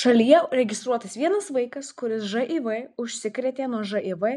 šalyje registruotas vienas vaikas kuris živ užsikrėtė nuo živ